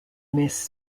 miss